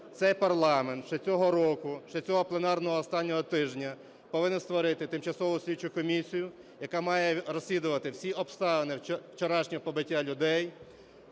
цей парламент ще цього року, ще цього пленарного останнього тижня повинен створити тимчасову слідчу комісію, яка має розслідувати всі обставини вчорашнього побиття людей